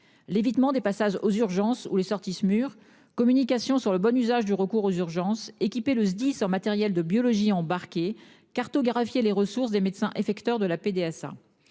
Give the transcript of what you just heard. L'évitement des passages aux urgences ou les sorties SMUR communication sur le bon usage du recours aux urgences équipé le SDIS en matériel de biologie embarqué cartographier les ressources des médecins effecteur de la PDA